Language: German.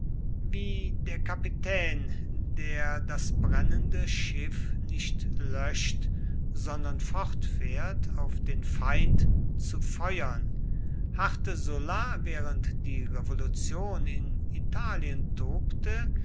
wie der kapitän der das brennende schiff nicht löscht sondern fortfährt auf den feind zu feuern harrte sulla während die revolution in italien